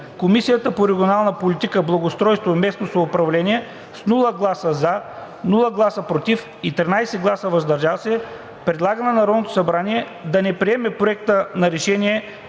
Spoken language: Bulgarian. Комисията по регионална политика, благоустройство и местно самоуправление – без „за“, без „против“ и 13 гласа „въздържал се“ предлага на Народното събрание да не приеме Проекта на решение